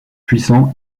puissant